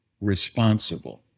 responsible